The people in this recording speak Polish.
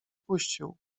puścił